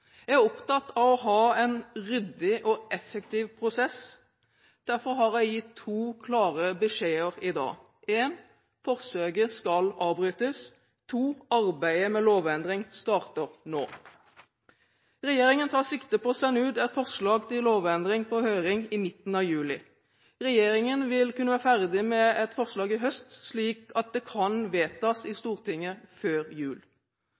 Jeg er opptatt av å ha en ryddig og effektiv prosess, derfor har jeg gitt to klare beskjeder i dag: Forsøket skal avbrytes Arbeidet med lovendring starter nå. Regjeringen tar sikte på å sende et forslag til lovendring ut på høring i midten av juli. Regjeringen vil kunne være ferdig med et forslag i høst, slik at det kan vedtas i Stortinget før jul.